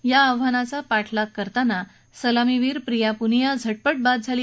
या आव्हानाचा पाठलाग करताना सलामीवीर प्रिया पुनिया झटपट बाद झाली